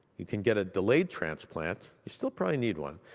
you can get a delayed transplant, you still probably need one,